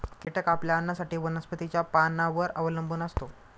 कीटक आपल्या अन्नासाठी वनस्पतींच्या पानांवर अवलंबून असतो